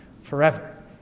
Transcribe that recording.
forever